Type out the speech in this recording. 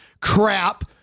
crap